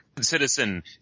citizen